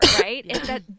right